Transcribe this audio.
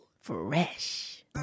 Fresh